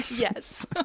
Yes